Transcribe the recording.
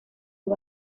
sus